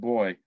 Boy